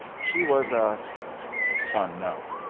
she was a unknown,